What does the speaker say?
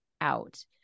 out